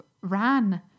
ran